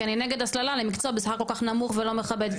כי אני נגד ההסללה למקצוע בשכר כל כך נמוך ולא מכבד,